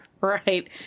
Right